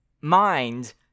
mind